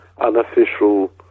unofficial